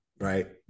right